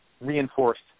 reinforced